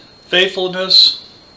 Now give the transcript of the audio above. faithfulness